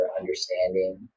understanding